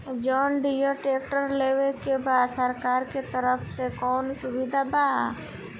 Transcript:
John Deere tractor लेवे के बा सरकार के तरफ से कौनो सुविधा बा?